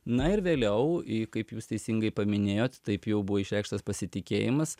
na ir vėliau kaip jūs teisingai paminėjot taip jau buvo išreikštas pasitikėjimas